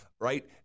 Right